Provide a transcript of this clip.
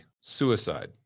suicide